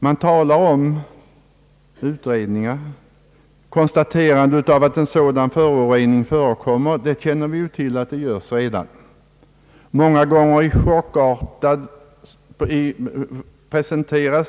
Många gånger presenteras resultaten av utförda undersökningar på ett ganska chockartat sätt.